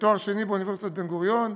לתואר שני באוניברסיטת בן-גוריון,